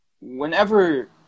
whenever